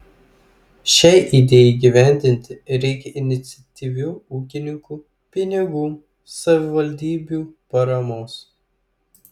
šiai idėjai įgyvendinti reikia iniciatyvių ūkininkų pinigų savivaldybių paramos